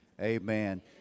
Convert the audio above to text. Amen